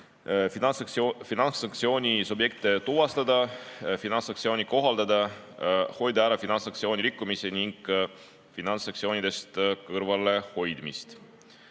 finantssanktsiooni subjekte tuvastada, finantssanktsiooni kohaldada, hoida ära finantssanktsiooni rikkumisi ning finantssanktsioonidest kõrvalehoidmist. Eesmärgiks